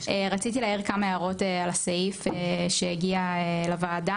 רציתי להעיר כמה הערות על הסעיף שהגיע לוועדה.